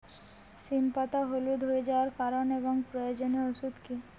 সিম পাতা হলুদ হয়ে যাওয়ার কারণ এবং প্রয়োজনীয় ওষুধ কি?